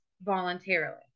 voluntarily